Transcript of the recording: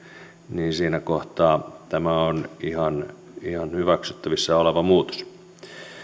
niin siinä kohtaa tämä on ihan ihan hyväksyttävissä oleva muutos